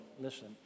listen